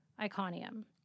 Iconium